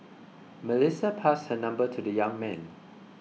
Melissa passed her number to the young man